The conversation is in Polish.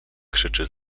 krzyczy